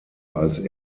als